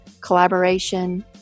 collaboration